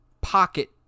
pocket